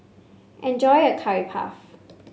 enjoy your Curry Puff